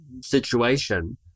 situation